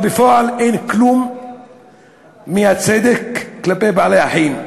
אבל בפועל אין כלום מהצדק כלפי בעלי-החיים.